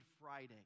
Friday